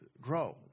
grow